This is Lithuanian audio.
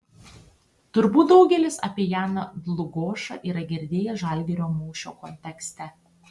turbūt daugelis apie janą dlugošą yra girdėję žalgirio mūšio kontekste